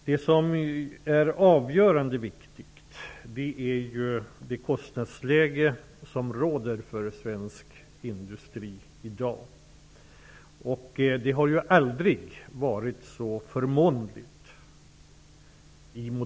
Det som är avgörande är det kostnadsläge som råder för svensk industri i dag. Det har aldrig i modern tid varit så förmånligt.